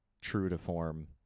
true-to-form